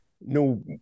no